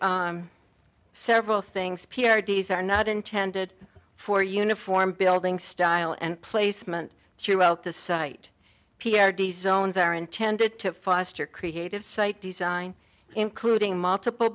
several things p r d's are not intended for uniform building style and placement throughout the site p r d's owns are intended to foster creative site design including multiple